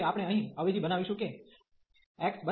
અને હવે આપણે અહીં અવેજી બનાવીશું કે x nπ y